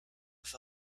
with